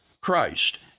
Christ